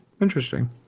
interesting